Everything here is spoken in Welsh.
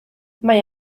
mae